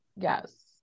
Yes